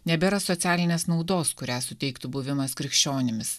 nebėra socialinės naudos kurią suteiktų buvimas krikščionimis